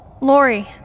Lori